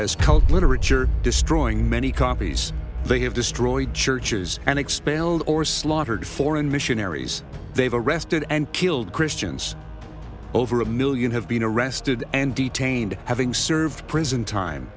as cult literature destroying many copies they have destroyed churches and expelled or slaughtered foreign missionaries they've arrested and killed christians over a million have been arrested and detained having served prison time